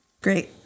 Great